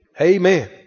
Amen